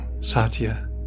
Satya